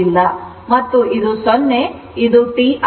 ಮತ್ತು ಇದು 0 ಮತ್ತು ಇದು T ಆಗಿದೆ